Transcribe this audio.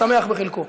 השמח בחלקו.